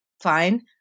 fine